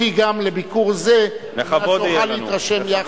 אותי לביקור זה על מנת שנוכל להתרשם יחד.